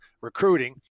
recruiting